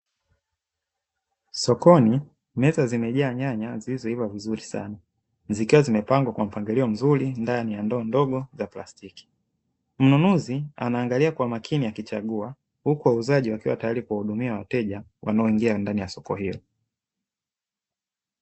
Sokoni meza zimejaa nyanya zilizoiva vizuri sana, zikiwa zimepangwa kwa mpangilio mzuri ndani ya ndoo ndogo ya plastiki, mnunuzi anaangalia kwa makini akichagua huku wauzaji wakiwa tayari kuwahudumia wateja wanaoingia ndani ya soko hilo.